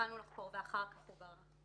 שהתחלנו לחקור ואחר כך הוא בא אני